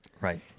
Right